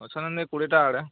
ଅଛନ୍ତି କୁଡ଼ିଏଟା ଆଡ଼େ